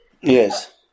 yes